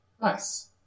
Nice